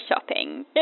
shopping